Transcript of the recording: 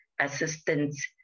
assistance